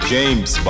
James